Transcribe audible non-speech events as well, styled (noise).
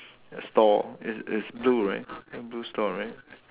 store it's it's blue right (noise) blue store right